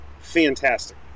Fantastic